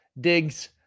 digs